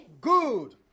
Good